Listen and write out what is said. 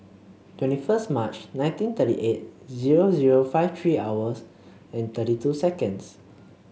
twenty first March nineteen thirty eight zero zero five three hours and thirty two seconds